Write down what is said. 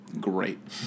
great